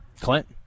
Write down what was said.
Clint